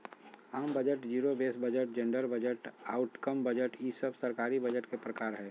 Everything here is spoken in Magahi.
आम budget, zero base budget, gender budget, outcome budget ई सब सरकारी बजट के प्रकार हय